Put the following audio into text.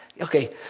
okay